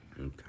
Okay